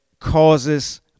causes